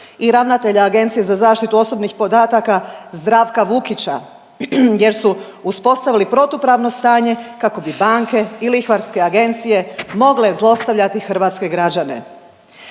i ravnatelja Agencije za zaštitu osobnih podataka Zdravka Vukića jer su uspostavili protupravno stanje kako bi banke i lihvarske agencije mogle zlostavljati hrvatske građane.